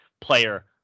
player